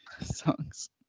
songs